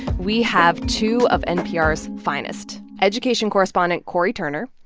we have two of npr's finest, education correspondent cory turner.